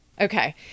Okay